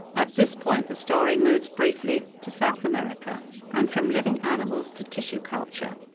at this point the story moves briefly to south america and from living animals to tissue culture.